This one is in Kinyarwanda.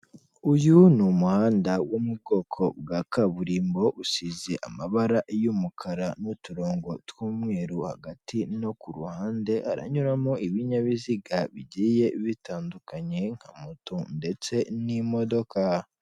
Uyu ni umuhanda wo mu bwoko bwa kaburimbo, usize amabara y'umukara n'uturongo tw'umweruhagati no ku ruhande, haranyuramo ibinyabiziga bigiye bitandukanye nka moto ndetse n'imodoka.